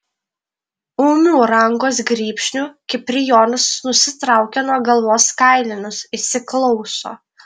ūmiu rankos grybšniu kiprijonas nusitraukia nuo galvos kailinius įsiklauso